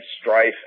strife